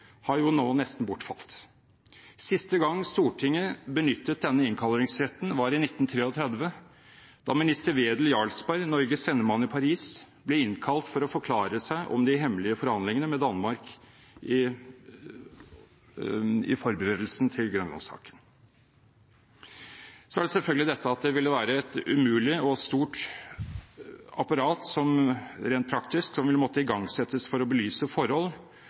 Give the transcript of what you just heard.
har nå nesten bortfalt. Siste gang Stortinget benyttet denne innkallingsretten, var i 1933 da minister Wedel Jarlsberg, Norges sendemann i Paris, ble innkalt for å forklare seg om de hemmelige forhandlingene med Danmark i forberedelsen til Grønlandssaken. Det ville selvfølgelig være umulig rent praktisk å sette i gang et stort apparat for å belyse inhabilitetsspørsmål eller andre forhold